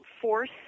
force